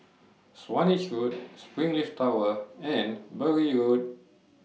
Swanage Road Springleaf Tower and Bury Road